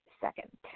second